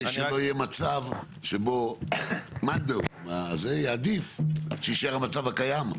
כדי שלא יהיה מצב שמאן דהו יעדיף שיישאר המצב הקיים.